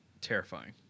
terrifying